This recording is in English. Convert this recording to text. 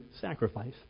sacrifice